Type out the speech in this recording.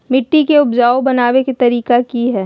मिट्टी के उपजाऊ बनबे के तरिका की हेय?